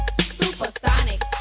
Supersonic